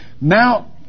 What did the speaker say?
Now